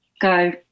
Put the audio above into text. go